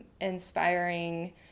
inspiring